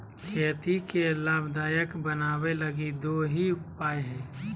खेती के लाभदायक बनाबैय लगी दो ही उपाय हइ